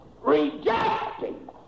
rejecting